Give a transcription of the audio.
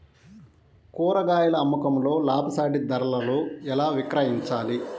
కూరగాయాల అమ్మకంలో లాభసాటి ధరలలో ఎలా విక్రయించాలి?